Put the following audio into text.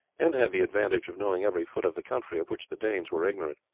and had the advantage of knowing every foot of the country, of which the danes were ignorant.